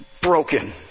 broken